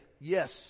yes